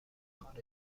خارجی